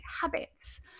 Habits